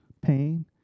pain